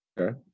okay